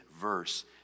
verse